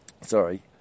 Sorry